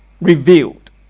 revealed